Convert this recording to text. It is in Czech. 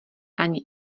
ani